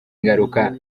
ingaruka